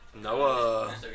Noah